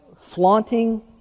flaunting